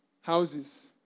houses